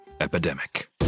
epidemic